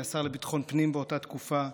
השר לביטחון פנים באותה תקופה.